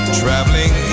traveling